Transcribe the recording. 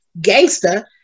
gangster